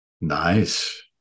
Nice